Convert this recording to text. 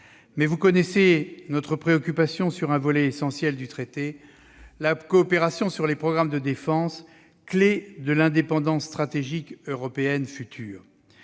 Vous connaissez notre préoccupation sur un volet essentiel du traité : la coopération sur les programmes de défense, clé de l'indépendance stratégique européenne future.